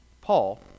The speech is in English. Paul